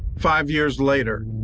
five years later,